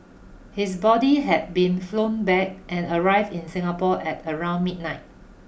his body had been flown back and arrived in Singapore at around midnight